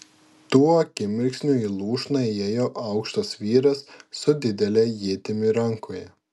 tuo akimirksniu į lūšną įėjo aukštas vyras su didele ietimi rankoje